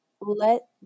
Let